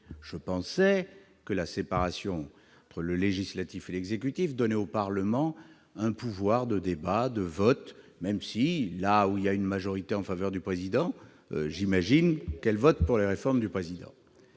Je pensais que la séparation entre le législatif et l'exécutif donnait au Parlement un pouvoir de débat et de vote, même si, là où il y a une majorité en faveur du Président, j'imagine qu'elle vote pour ses réformes. Oui